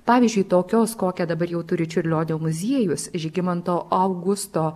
pavyzdžiui tokios kokią dabar jau turi čiurlionio muziejus žygimanto augusto